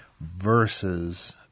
versus